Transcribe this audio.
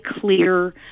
clear